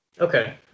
Okay